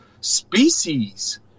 species